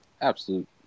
absolute